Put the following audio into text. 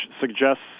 suggests